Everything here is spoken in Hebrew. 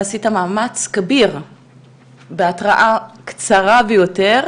אתה עשית מאמץ כביר בהתראה קצרה ביותר,